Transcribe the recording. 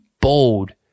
bold